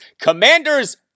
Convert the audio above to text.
Commanders